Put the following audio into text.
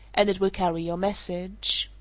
and it will carry your message.